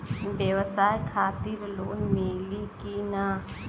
ब्यवसाय खातिर लोन मिली कि ना?